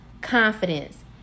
Confidence